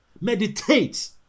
meditate